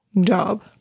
job